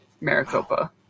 Maricopa